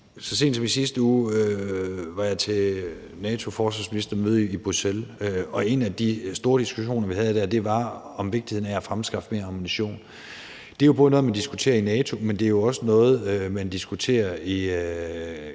Så sent som i sidste uge var jeg til NATO-forsvarsministermøde i Bruxelles, og en af de store diskussioner, vi havde der, handlede om vigtigheden af at fremskaffe mere ammunition. Det er både noget, man diskuterer i NATO, men jo også noget, man diskuterer i